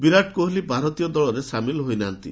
ବିରାଟ କୋହଲି ଭାରତୀୟ ଦଳରେ ସାମିଲ ହୋଇନାହାନ୍ତି